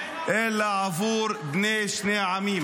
אלא עבור בני שני העמים.